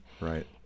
Right